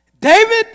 David